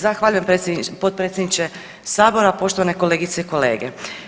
Zahvaljujem potpredsjedniče sabora, poštovane kolegice i kolege.